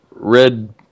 red